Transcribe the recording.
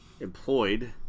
employed